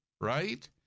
Right